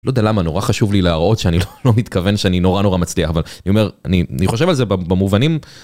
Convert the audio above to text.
לא יודע למה נורא חשוב לי להראות שאני לא מתכוון שאני נורא נורא מצליח אבל אני אומר אני חושב על זה במובנים